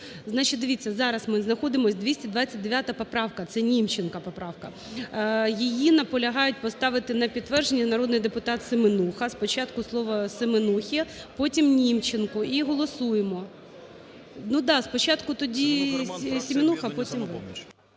зараз ми знаходимось 229 поправка - це Німченка поправка. Її наполягає поставити на підтвердження народний депутат Семенуха. Спочатку слово Семенусі, потім – Німченку, і голосуємо. Ну да, спочатку тоді Семенуха, потім –